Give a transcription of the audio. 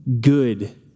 good